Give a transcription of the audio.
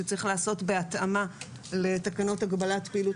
שצריך לעשות בהתאמה לתקנות הגבלת הפעילות